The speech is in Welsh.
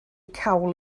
cawl